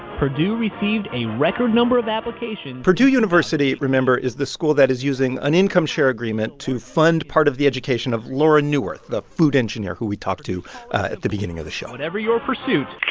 purdue received a record number of applications. purdue university remember is the school that is using an income-share agreement to fund part of the education of lauren neuwirth, the food engineer who we talked to at the beginning of the show whatever your pursuit.